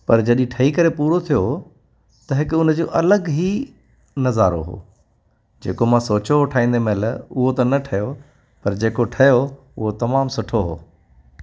पर जॾहिं ठही करे पूरो थियो त हिकु उन जो अलॻि ई नज़ारो हुओ जेको मां सोचियो हुओ ठाहींदे महिल उहो त न ठहियो पर जेको ठहियो उहो तमामु सुठो हुओ